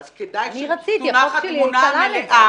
אז כדאי שתונח התמונה המלאה